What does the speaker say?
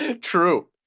true